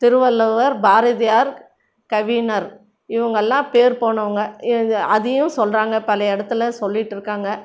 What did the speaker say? திருவள்ளுவர் பாரதியார் கவிஞர் இவங்கெல்லாம் பேர் போனவங்கள் இ அதையும் சொல்கிறாங்க பழைய இடத்துல சொல்லிகிட்ருக்காங்க